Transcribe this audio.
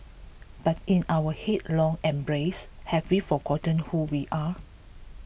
but in our headlong embrace have we forgotten who we are